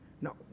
No